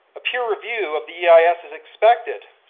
a peer-review of the eis is expected,